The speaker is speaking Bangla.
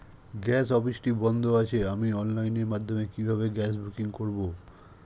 গ্যাস অফিসটি বন্ধ আছে আমি অনলাইনের মাধ্যমে কিভাবে গ্যাস বুকিং করব?